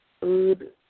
food